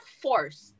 forced